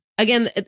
Again